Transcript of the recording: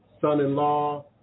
son-in-law